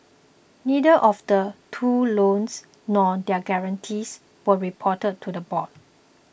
neither of the two loans nor their guarantees were reported to the board